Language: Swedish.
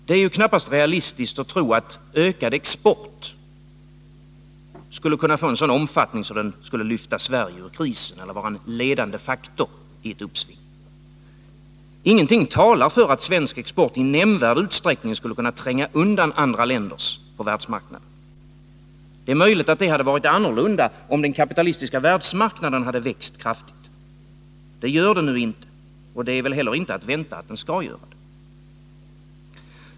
Det är knappast realistiskt att tro att ökad export skulle kunna vara av sådan omfattning att den skulle lyfta Sverige ur krisen eller vara en ledande faktor i ett uppsving. Ingenting talar för att svensk export i nämnvärd utsträckning skulle tränga undan andra länders på världsmarknaden. Det är möjligt att det hade varit annorlunda, om den kapitalistiska världsmarknaden hade växt kraftigt. Det gör den nu inte, och det är inte heller att vänta att den skall göra det.